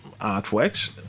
artworks